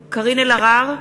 אלהרר,